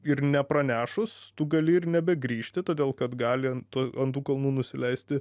ir nepranešus tu gali ir nebegrįžti todėl kad gali ant ant tų kalnų nusileisti